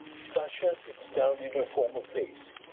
sasha sits down in her former place.